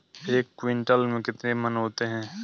एक क्विंटल में कितने मन होते हैं?